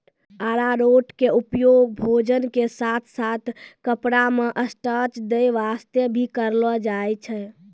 अरारोट के उपयोग भोजन के साथॅ साथॅ कपड़ा मॅ स्टार्च दै वास्तॅ भी करलो जाय छै